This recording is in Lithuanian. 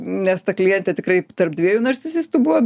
nes ta klientė tikrai tarp dviejų narcisistų buvo